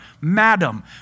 madam